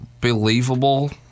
believable